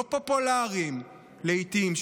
לא פופולריים לעיתים,